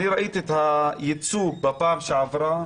ראיתי את הייצוג בפעם שעברה,